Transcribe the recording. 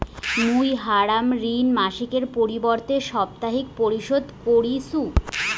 মুই হামার ঋণ মাসিকের পরিবর্তে সাপ্তাহিক পরিশোধ করিসু